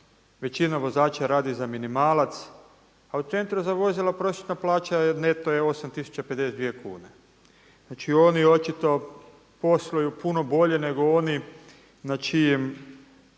većina vozača radi za minimalac a u centru za vozila prosječna plaća neto je 8052 kune, znači oni očito posluju puno bolje nego oni na čijem